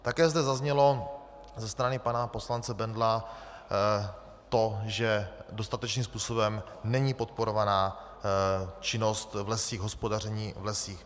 Také zde zaznělo ze strany pana poslance Bendla to, že dostatečným způsobem není podporovaná činnost v lesích, hospodaření v lesích.